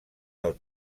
del